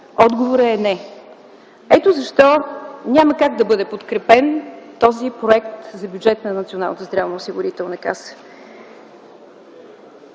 отговорът е: Не! Ето защо няма как да бъде подкрепен този проект за бюджет на Националната здравноосигурителна каса.